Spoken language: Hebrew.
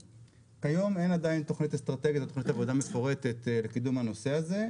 כיום אין עדיין תוכנית אסטרטגית לתוכנית עבודה מפורטת לקידום הנושא הזה,